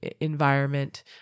environment